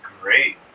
great